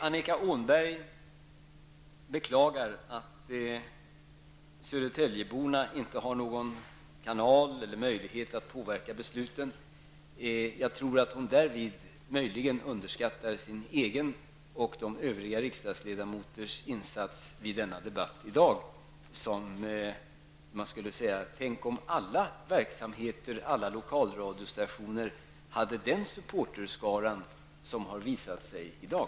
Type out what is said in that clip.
Annika Åhnberg beklagar att södertäljeborna inte har någon kanal för eller någon möjlighet att påverka besluten. Jag tror att hon därvid möjligen underskattar sin egen och de övriga riksdagsledamöternas insats i denna debatt i dag. Tänk om alla verksamheter, alla lokalradiostationer hade den supporterskara som har visat sig i dag.